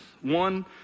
one